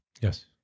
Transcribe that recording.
Yes